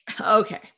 Okay